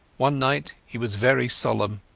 one night he was very solemn.